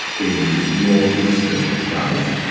in northeastern france,